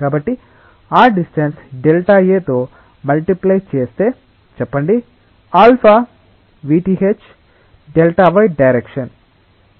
కాబట్టి ఇది distance ΔA తో మల్టీప్లే చేస్తే చెప్పండి αvthΔ y డైరెక్షన్